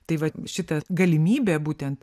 tai va šita galimybė būtent